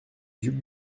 duc